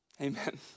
Amen